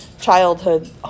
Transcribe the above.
childhood